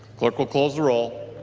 clerk will close the roll.